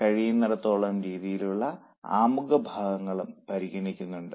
കഴിയുന്നിടത്തോളം രീതികളും ആമുഖ ഭാഗങ്ങളും പരിഗണിക്കുന്നുണ്ട്